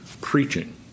preaching